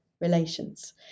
relations